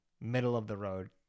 middle-of-the-road